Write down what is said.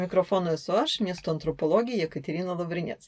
mikrofono esu aš miesto antropologė jekaterina lavrinec